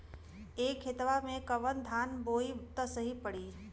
ए खेतवा मे कवन धान बोइब त सही पड़ी?